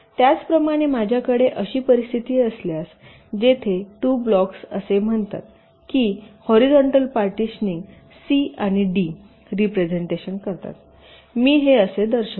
त्याचप्रमाणे माझ्याकडे अशी परिस्थिती असल्यास जेथे 2 ब्लॉक्स असे म्हणतात की हॉरीझॉन्टल पार्टिशनिंग सी आणि डी रिप्रेझेन्टेशन करतात मी हे असे दर्शवितो